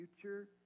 future